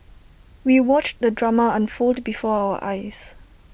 we watched the drama unfold before our eyes